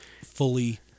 fully